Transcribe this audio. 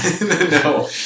no